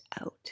out